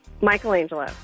Michelangelo